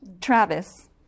Travis